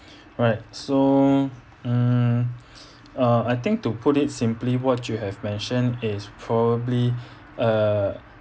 right so mm uh I think to put it simply what you have mentioned is probably uh